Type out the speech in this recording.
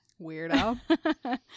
Weirdo